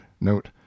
note